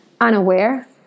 unaware